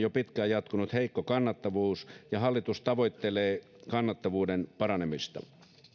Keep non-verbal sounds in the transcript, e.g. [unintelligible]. [unintelligible] jo pitkään jatkunut heikko kannattavuus ja hallitus tavoittelee kannattavuuden paranemista